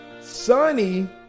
sunny